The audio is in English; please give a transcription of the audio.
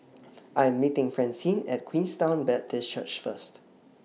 I Am meeting Francine At Queenstown Baptist Church First